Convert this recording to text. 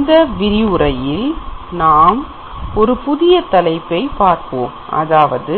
இந்த விரிவுரையில் நாம் ஒரு புதிய தலைப்பை பார்ப்போம் அதாவது